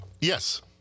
Yes